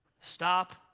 Stop